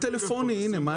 כן.